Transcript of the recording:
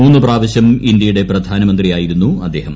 മൂന്ന് പ്രാവശ്യം ഇന്ത്യയുടെ പ്രധാനമന്ത്രിയായിരുന്നു അദ്ദേഹം